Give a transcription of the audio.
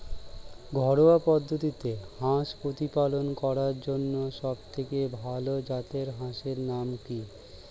ঘরোয়া পদ্ধতিতে হাঁস প্রতিপালন করার জন্য সবথেকে ভাল জাতের হাঁসের নাম কি?